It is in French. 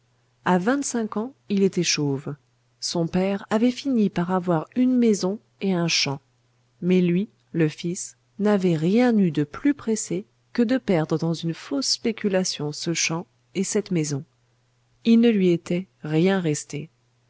à vingt-cinq ans il était chauve son père avait fini par avoir une maison et un champ mais lui le fils n'avait rien eu de plus pressé que de perdre dans une fausse spéculation ce champ et cette maison il ne lui était rien resté